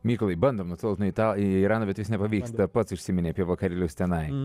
mykolai bandom nutolt nuo irano bet vis nepavyksta pats užsiminei apie vakarėlius tenai